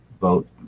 vote